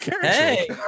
hey